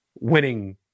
winning